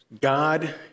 God